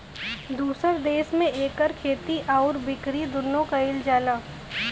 दुसर देस में इकर खेती आउर बिकरी दुन्नो कइल जाला